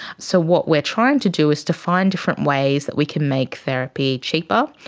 so what we are trying to do is to find different ways that we can make therapy cheaper,